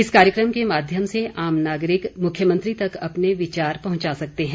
इस कार्यक्रम के माध्यम से आम नागरिक मुख्यमंत्री तक अपने विचार पहुंचा सकते हैं